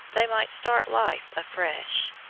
they might start life afresh.